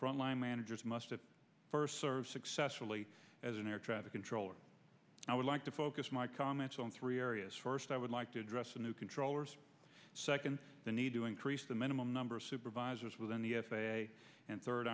front line managers must first serve successfully as an air traffic controller i would like to focus my comments on three areas first i would like to address the new controllers second the need to increase the minimum number of supervisors within the f a a and third